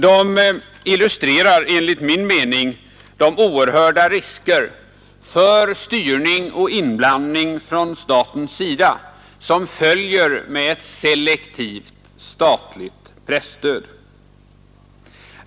De illustrerar enligt min mening de oerhörda risker för styrning och inblandning från statens sida som följer av ett selektivt statligt presstöd.